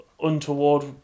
Untoward